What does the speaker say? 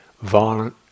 violent